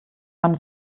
man